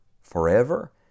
forever